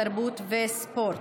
התרבות והספורט.